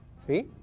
see?